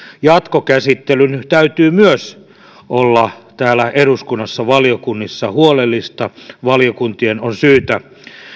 jatkokäsittelyn täytyy myös olla täällä eduskunnassa valiokunnissa huolellista valiokuntien on syytä